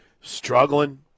struggling